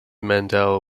mandel